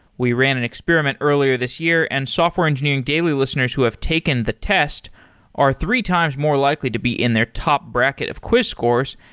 we ran an experiment earlier this year and software engineering daily listeners who have taken the test are three times more likely to be in their top bracket of quiz scores.